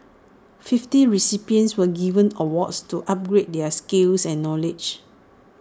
fifty recipients were given awards to upgrade their skills and knowledge